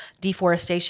deforestation